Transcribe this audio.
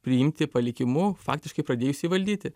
priimti palikimu faktiškai pradėjus jį valdyti